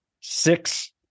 Six